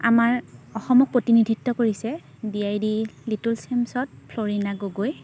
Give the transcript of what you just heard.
আমাৰ অসমক প্ৰতিনিধিত্ব কৰিছে ডি আই ডি লিটল চেমছত ফ্ল'ৰিনা গগৈ